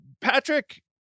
Patrick